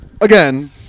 again